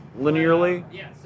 linearly